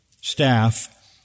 staff